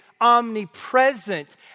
omnipresent